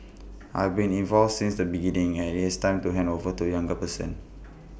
I have been involved since the beginning and IT is time to hand over to A younger person